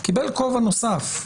הנאמן קיבל כובע נוסף.